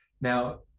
Now